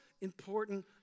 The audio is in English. important